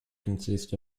consists